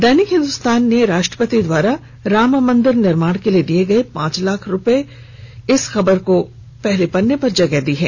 दैनिक हिंदुस्तान ने राष्ट्रपति द्वारा राममंदिर निर्माण के लिए दिए गए पांच लाख रुपए दान इस खबर को पहले पन्ने पर जगह दी गई है